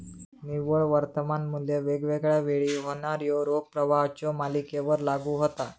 निव्वळ वर्तमान मू्ल्य वेगवेगळा वेळी होणाऱ्यो रोख प्रवाहाच्यो मालिकेवर लागू होता